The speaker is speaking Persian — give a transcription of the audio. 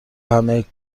همه